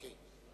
טוב.